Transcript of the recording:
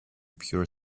pure